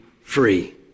free